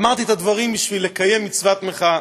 אמרתי את הדברים בשביל לקיים מצוות מחאה.